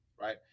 Right